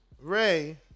Ray